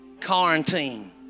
quarantine